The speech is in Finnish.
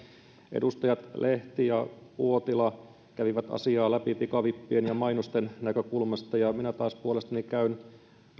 edustajat lehti ja uotila kävivät asiaa läpi pikavippien ja mainosten näkökulmasta ja minä taas puolestani käyn tätä